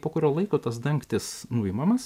po kurio laiko tas dangtis nuimamas